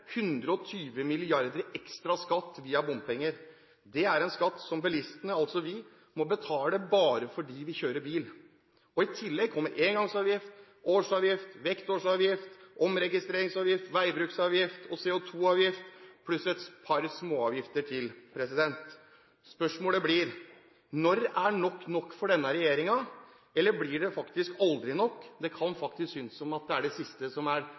120 mrd. kr i ekstra skatt via bompenger. Det er en skatt som bilistene, altså vi, må betale bare fordi vi kjører bil. I tillegg kommer engangsavgift, årsavgift, vektårsavgift, omregistreringsavgift, veibruksavgift, CO2-avgift pluss et par småavgifter til. Spørsmålet blir: Når er nok nok for denne regjeringen? Eller blir det faktisk aldri nok? Det kan faktisk synes som om det er det siste som er